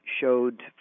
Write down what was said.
showed